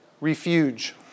refuge